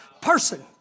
person